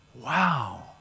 wow